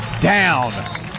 down